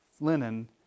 linen